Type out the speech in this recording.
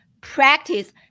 practice